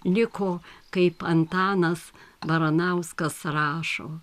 liko kaip antanas baranauskas rašo